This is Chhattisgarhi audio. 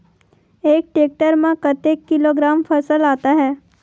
एक टेक्टर में कतेक किलोग्राम फसल आता है?